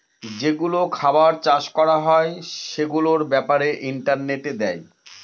যেগুলো খাবার চাষ করা হয় সেগুলোর ব্যাপারে ইন্টারনেটে দেয়